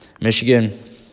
michigan